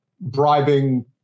bribing